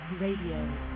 Radio